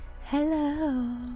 hello